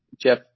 Jeff